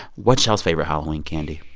what's y'all's favorite halloween candy?